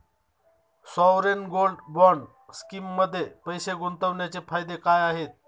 Sovereign gold bond स्कीममध्ये पैसे गुंतवण्याचे फायदे काय आहेत?